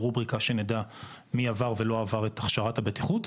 רובריקה שנדע מי עבר ולא עבר את הכשרת הבטיחות.